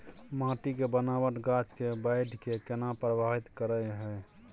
माटी के बनावट गाछ के बाइढ़ के केना प्रभावित करय हय?